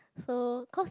so because